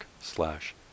slash